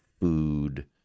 food